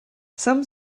some